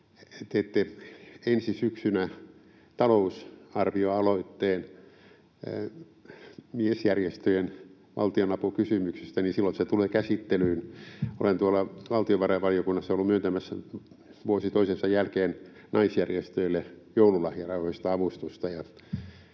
Teette ensi syksynä talousarvioaloitteen miesjärjestöjen valtionapukysymyksistä, silloin se tulee käsittelyyn. Olen tuolla valtiovarainvaliokunnassa ollut myöntämässä vuosi toisensa jälkeen naisjärjestöille joululahjarahoista avustusta,